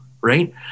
right